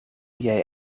jij